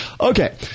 Okay